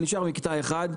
ונשאר מקטע אחד,